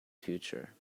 future